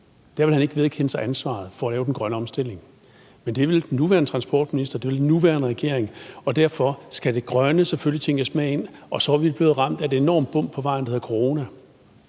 ville han ikke vedkende sig ansvaret for at lave den grønne omstilling, men det vil den nuværende transportminister, det vil den nuværende regeringen, og derfor skal det grønne selvfølgelig tænkes med ind. Så er vi blevet ramt af et enormt bump på vejen, der hedder corona.